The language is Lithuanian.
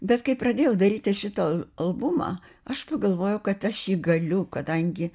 bet kai pradėjau daryti šitą al albumą aš pagalvojau kad aš jį galiu kadangi